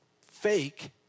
fake